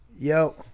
yo